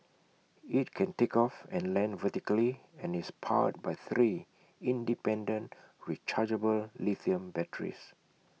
IT can take off and land vertically and is powered by three independent rechargeable lithium batteries